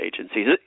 agencies